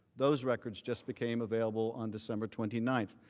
those records just became available on december twenty nine.